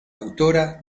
autora